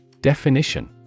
Definition